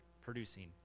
producing